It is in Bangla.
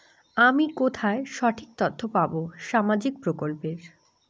আমি কোথায় সঠিক তথ্য পাবো সামাজিক প্রকল্পের?